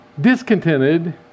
discontented